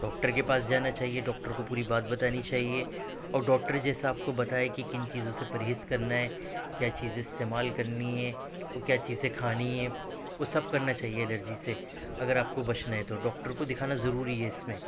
doctor کے پاس جانا چاہیے ڈوکٹر کو پوری بات بتانی چاہیے اور ڈوکٹر جیسا آپ کو بتائے کہ کِن چیزوں سے پرہیز کرنا ہے کیا چیزیں استعمال کرنی ہیں اور کیا چیزیں کھانی ہیں وہ سب کرنا چاہیے ایلرجی سے اگر آپ کو بچنا ہے تو ڈوکٹر کو دکھانا ضروری ہے اِس میں